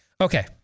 Okay